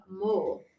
more